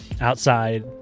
Outside